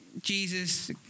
Jesus